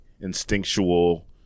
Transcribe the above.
instinctual